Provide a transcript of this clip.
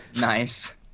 Nice